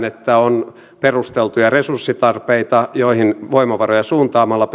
että on perusteltuja resurssitarpeita joihin voimavaroja suuntaamalla